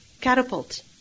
catapult